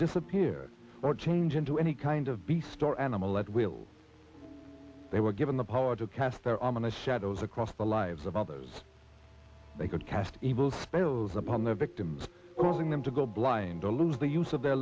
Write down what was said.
disappear or change into any kind of beast or animal that will they were given the power to cast their ominous shadows across the lives of others they could cast evil spells upon their victims causing them to go blind or lose the use of their